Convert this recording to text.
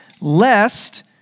Lest